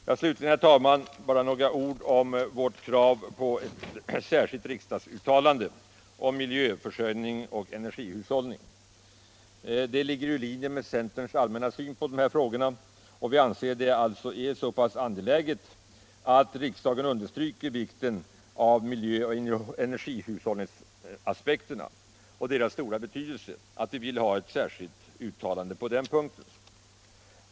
Jag vill därefter säga några ord om vårt krav på ett särskilt uttalande om miljöhänsyn och energihushållning. Detta ligger i linje med centerns allmänna syn på dessa frågor. Vi anser alltså att det är så pass angeläget att riksdagen understryker vikten av miljöoch energihushållningsaspekterna att vi vill ha ett särskilt uttalande på den punkten.